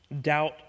doubt